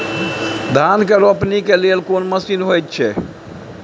धान के रोपनी के लेल कोन मसीन होयत छै?